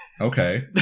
Okay